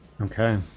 Okay